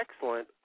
excellent